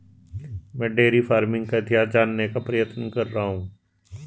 मैं dairy farming का इतिहास जानने का प्रयत्न कर रहा हूं